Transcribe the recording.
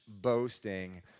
boasting